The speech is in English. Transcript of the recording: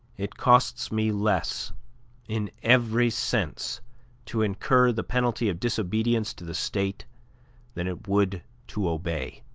it costs me less in every sense to incur the penalty of disobedience to the state than it would to obey.